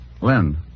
Lynn